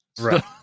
Right